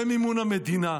במימון המדינה.